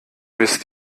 wisst